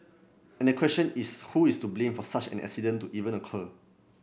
and the question is who is to blame for such an accident to even occur